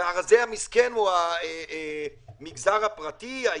והרזה המסכן הוא המגזר הפרטי-העסקי?